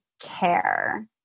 care